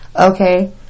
Okay